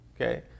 Okay